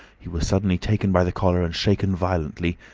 he was suddenly taken by the collar and shaken violently,